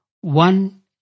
one